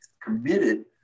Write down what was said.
committed